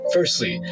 Firstly